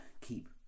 keep